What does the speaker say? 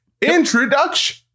Introduction